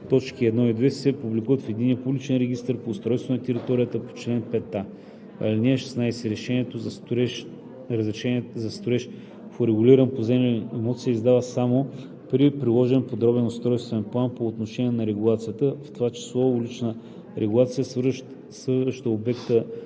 3, т. 1 и 2 се публикуват в Единния публичен регистър по устройство на територията по чл. 5а. (16) Разрешение за строеж в урегулиран поземлен имот се издава само при приложен подробен устройствен план по отношение на регулацията, в т.ч. уличната регулация, свързваща обекта